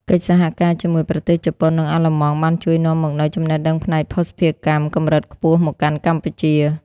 កិច្ចសហការជាមួយប្រទេសជប៉ុន និងអាល្លឺម៉ង់ បានជួយនាំមកនូវ "ចំណេះដឹងផ្នែកភស្តុភារកម្ម" កម្រិតខ្ពស់មកកាន់កម្ពុជា។